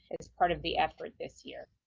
it's part of the effort this year.